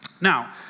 Now